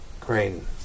Crane